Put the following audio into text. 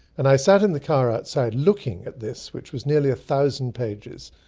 and i sat in the car outside looking at this, which was nearly a thousand pages,